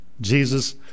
Jesus